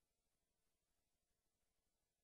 רגשי נחיתות.